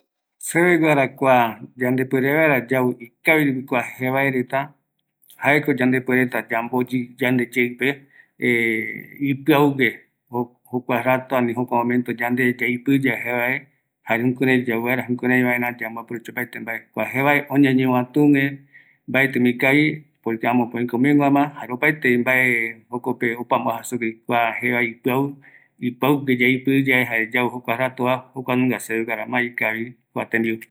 ﻿Seveguara kua yandepuere vaera yau ikavi rupi kua jevaereta, jaeko yande puereta yamboyɨta yandeyeɨpe ipɨaugue jokua rato ani jokua momento yande yaipiyae jevae jare jokurai yau vaera jukurai vaera yambo aprovecha opaete mbae, kua jevae oñeñovatuguë mbaetima ikavi porque amoöguë oikomëguäma jare opaetevi mbae jokope opama oaja sugui kua kua jevae ipiau, ipɨaugue yaipi yae jare yau jkua ratova jukuanunga seve guara ma ikavi kua tembiu